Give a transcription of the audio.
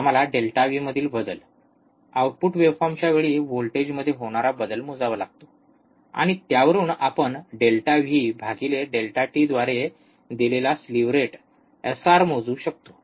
आम्हाला delta V ∆V मधील बदल आउटपुट वेव्हफॉर्मच्या वेळी व्होल्टेजमध्ये होणारा बदल मोजावा लागतो आणि त्यावरून आपण डेल्टा व्हीडेल्टा टी ∆V∆t द्वारे दिलेला स्लीव्ह रेट एस आर मोजू शकतो